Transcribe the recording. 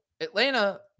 Atlanta